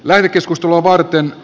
läänikeskustelua varten